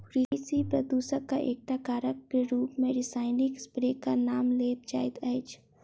कृषि प्रदूषणक एकटा कारकक रूप मे रासायनिक स्प्रेक नाम लेल जा सकैत अछि